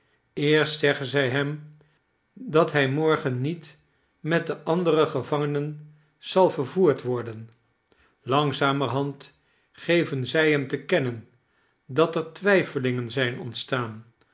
eerst zeggen zij hem dat hij morgen niet met de andere gevangenen zal vervoerd worden langzamerhand geven zij hem te kennen dat er twijfelingen zijn ontstaan